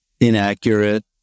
inaccurate